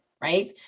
right